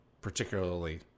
particularly